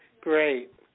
Great